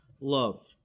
love